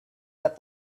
that